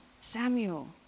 Samuel